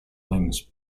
limbs